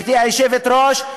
גברתי היושבת-ראש,